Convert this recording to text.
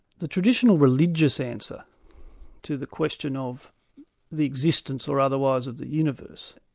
the traditional religious answer to the question of the existence or otherwise of the universe,